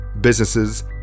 businesses